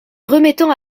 remettant